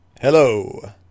Hello